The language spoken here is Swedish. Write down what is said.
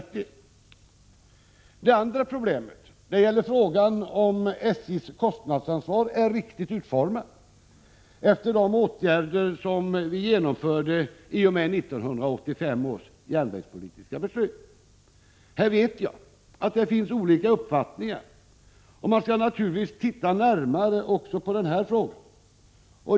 69 Det andra problemet gäller frågan om SJ:s kostnadsansvar är riktigt utformat, efter de åtgärder som vi genomförde i och med 1985 års järnvägspolitiska beslut. Här vet jag att det finns olika uppfattningar, och man skall naturligtvis titta närmare också på den frågan.